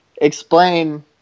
explain